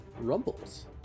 Rumbles